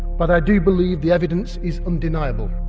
but i do believe the evidence is undeniable.